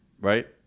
right